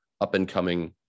up-and-coming